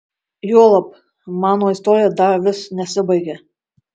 juolab mano istorija dar vis nesibaigė